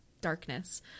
darkness